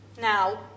Now